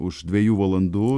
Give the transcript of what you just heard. už dvejų valandų